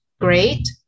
great